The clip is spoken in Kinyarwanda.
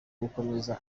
gukomeza